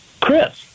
Chris